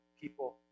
people